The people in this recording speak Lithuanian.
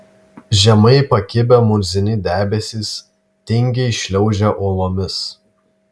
žemai pakibę murzini debesys tingiai šliaužė uolomis